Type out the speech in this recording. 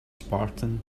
spartan